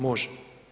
Može.